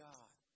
God